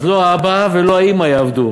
אז לא אבא ולא אימא יעבדו.